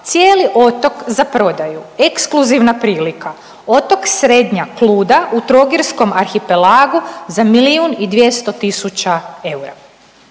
cijeli otok za prodaju, ekskluzivna prilika, otok Srednja Kluda u Trogirskom arhipelagu za milijun